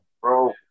Bro